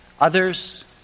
Others